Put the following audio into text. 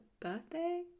birthday